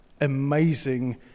amazing